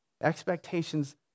Expectations